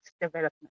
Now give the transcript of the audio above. development